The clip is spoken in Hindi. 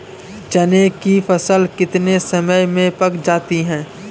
चने की फसल कितने समय में पक जाती है?